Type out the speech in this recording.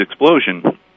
explosion